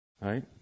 right